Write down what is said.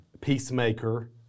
peacemaker